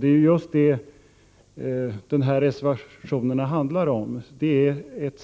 Det är just detta reservationerna handlar om i ett